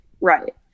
right